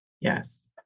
yes